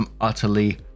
utterly